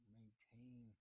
maintain